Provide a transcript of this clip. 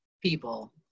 people